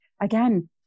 again